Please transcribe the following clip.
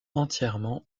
entièrement